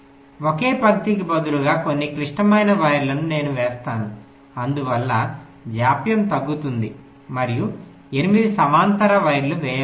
ఒకే పంక్తికి బదులుగా కొన్ని క్లిష్టమైన వైర్లను నేను వేసాను అందువల్ల జాప్యం తగ్గుతుంది మరియు 8 సమాంతర వైర్లు వేయబడ్డాయి